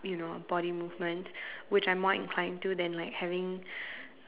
you know body movements which I'm more inclined to than like having